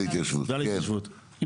החטיבה להתיישבות,